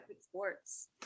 sports